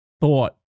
thought